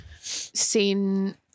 seen